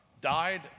died